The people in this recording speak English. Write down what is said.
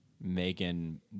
Megan